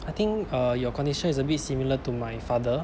I think uh your condition is a bit similar to my father